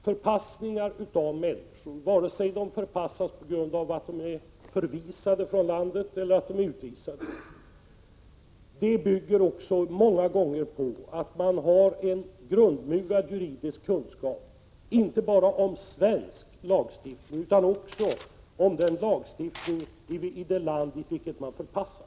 Förpassningar av människor — vare sig dessa förpassas på grund av att de är förvisade från landet eller på grund av att de är utvisade — bygger många gånger på det faktum att man har grundmurade juridiska kunskaper inte bara beträffande svensk lagstiftning utan också beträffande lagstiftningen i det land till vilket vederbörande förpassas.